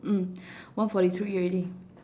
mm one forty three already